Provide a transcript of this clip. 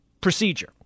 procedure